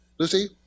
Lucy